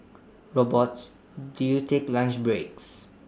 robots do you take lunch breaks